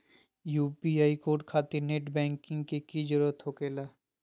UPI code खातिर net banking की जरूरत हो सके ला?